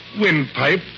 windpipe